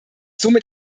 somit